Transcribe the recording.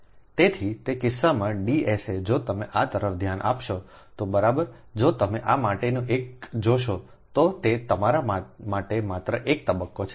તેથી તે કિસ્સામાં D sa જો તમે આ તરફ ધ્યાન આપશો તો બરાબર જો તમે આ માટેનો એક જોશો તો તે તમારા માટે માત્ર એક તબક્કો છે